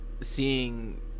seeing